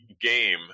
game